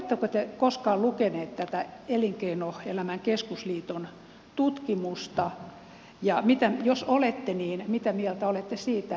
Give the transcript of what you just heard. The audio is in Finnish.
oletteko te koskaan lukenut tätä elinkeinoelämän keskusliiton tutkimusta ja jos olette niin mitä mieltä olette siitä